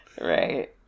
right